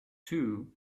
too